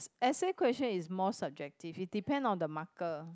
essay question is more subjective it depend on the marker